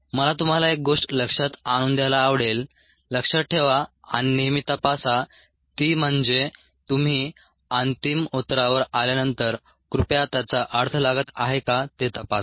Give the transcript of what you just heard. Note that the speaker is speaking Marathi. मला तुम्हाला एक गोष्ट लक्षात आणून द्यायला आवडेल लक्षात ठेवा आणि नेहमी तपासा ती म्हणजे तुम्ही अंतिम उत्तरावर आल्यानंतर कृपया त्याचा अर्थ लागत आहे का ते तपासा